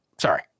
sorry